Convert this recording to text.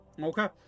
Okay